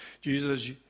Jesus